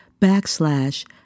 backslash